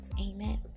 Amen